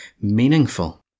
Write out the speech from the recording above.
meaningful